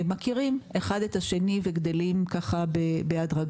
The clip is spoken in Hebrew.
מכירים אחד את השני וגדלים בהדרגה.